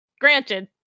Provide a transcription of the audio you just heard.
Granted